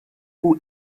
who